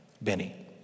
Benny